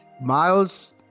Miles